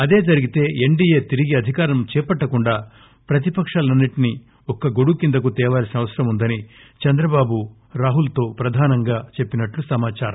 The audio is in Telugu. అదే జరిగితే ఎస్ డి ఎ తిరిగి అధికారంలో చేపట్టకుండా ప్రతిపకాలనన్ని ంటినీ క గొడుగు కిందకు తేవాల్సిన అవసరముందని చంద్రబాబు రాహులత్తో ప్రధానంగా చెప్పినట్లు సమాచారం